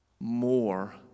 more